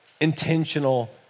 intentional